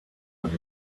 with